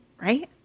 Right